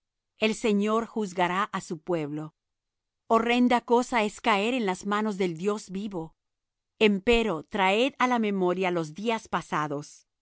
el señor juzgará su pueblo horrenda cosa es caer en las manos del dios vivo empero traed á la memoria los días pasados